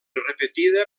repetida